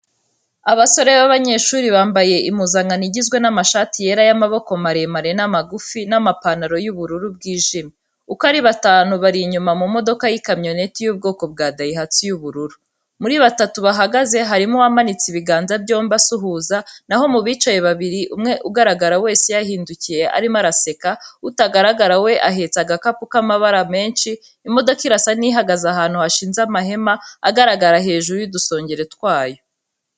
Abasore b'abanyeshuri bambaye impuzankano igizwe n'amashati yera y'amaboko maremare n'amagufi n'amapantaro y'ubururu bwijimye. Uko ari batanu bari inyuma mu modoka y'ikamyoneti y'ubwoko bwa "DAIHATSU" y'ubururu. Muri batatu bahagaze harimo uwamanitse ibiganza byombi asuhuza, naho mu bicaye babiri, umwe ugaragara wese yahindukiye arimo araseka, utagaragara we ahetse agakapu k'amabara menshi. Imodoka irasa n'ihagaze ahantu hashinze amahema agaragara hejuru n'udusongero twayo.